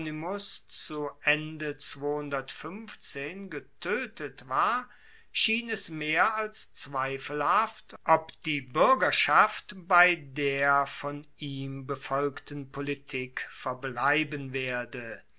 zu ende getoetet war schien es mehr als zweifelhaft ob die buergerschaft bei der von ihm befolgten politik verbleiben werde